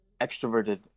extroverted